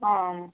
आम्